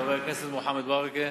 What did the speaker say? חבר הכנסת מוחמד ברכה,